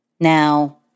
Now